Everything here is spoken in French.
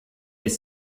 les